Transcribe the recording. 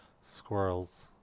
Squirrels